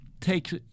Take